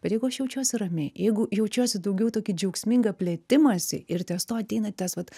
bet jeigu aš jaučiuosi ramiai jeigu jaučiuosi daugiau tokį džiaugsmingą plėtimąsi ir ties tuo ateina tas vat